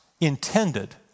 intended